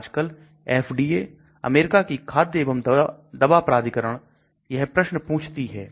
आजकल FDA America की खाद्य एवं दवा प्राधिकरण यह प्रश्न पूछती है